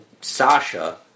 Sasha